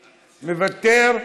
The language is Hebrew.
מוותר,